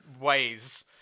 ways